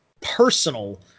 personal